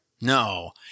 No